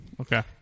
Okay